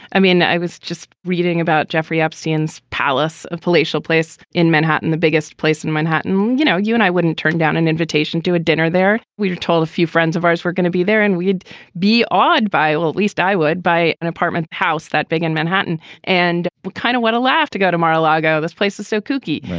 i mean, i was just reading about jeffrey epstein's palace of palatial place in manhattan, the biggest place in manhattan. you know, you and i wouldn't turn down an invitation to a dinner there. we were told a few friends of ours were gonna be there and we'd be awed by all. at least i would buy an apartment house that big in manhattan and kind of what a laugh to go to mar a lago. this place is so kooky.